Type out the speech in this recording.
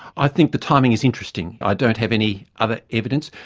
i think the timing is interesting. i don't have any other evidence.